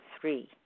three